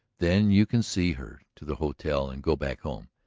then you can see her to the hotel and go back home,